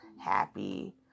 happy